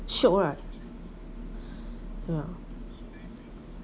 shiok lah right